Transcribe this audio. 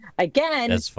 Again